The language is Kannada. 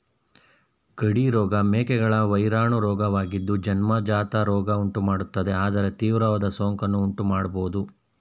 ಗಡಿ ರೋಗ ಮೇಕೆಗಳ ವೈರಾಣು ರೋಗವಾಗಿದ್ದು ಜನ್ಮಜಾತ ರೋಗ ಉಂಟುಮಾಡ್ತದೆ ಆದರೆ ತೀವ್ರವಾದ ಸೋಂಕನ್ನು ಉಂಟುಮಾಡ್ಬೋದು